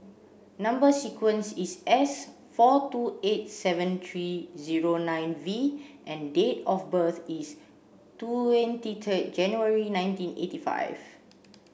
number sequence is S four two eight seven three zero nine V and date of birth is twenty third January nineteen eighty five